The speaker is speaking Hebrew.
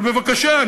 אבל בבקשה,